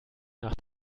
nach